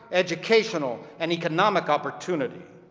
educational and economic opportunity.